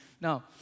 Now